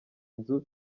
nzu